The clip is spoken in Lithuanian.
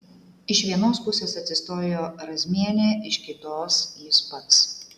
iš vienos pusės atsistojo razmienė iš kitos jis pats